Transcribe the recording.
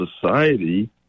society